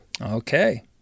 okay